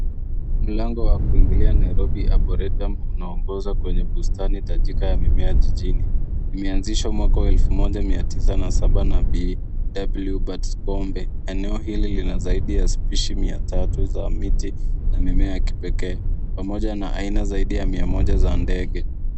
Mlango wa kuingilia Nairobo arboretum unaonegoza kwenye bustani tajika ya mimea jijini. Imeanzishwa mwaka wa 1907 na B.W Bartiscombe. Eneo hili lina zaidi ya spishi mia tatu za miti na mimea ya kipekee pamoja na aina zaidi ya mia moja za ndege.